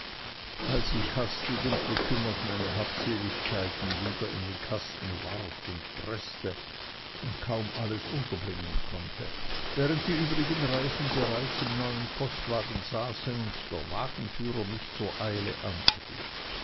als ich hastig und bekümmert meine habseligkeiten wieder in den kasten warf und preßte und kaum alles unterbringen konnte während die übrigen reisenden bereits im neuen postwagen saßen und der wagenführer mich zur eile antrieb